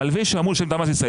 מלווה שאמור לשלם את המס בישראל,